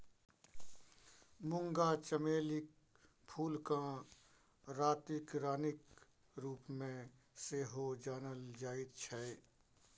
मूंगा चमेलीक फूलकेँ रातिक रानीक रूपमे सेहो जानल जाइत छै